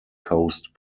coast